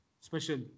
special